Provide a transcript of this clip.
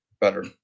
better